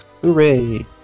Hooray